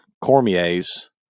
Cormier's